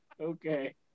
Okay